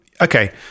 okay